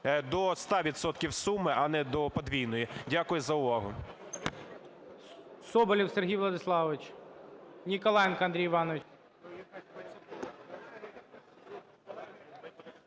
суми, а не до подвійної. Дякую за увагу.